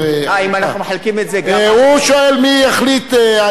הוא שואל: מי החליט איזה משפחות צריכות?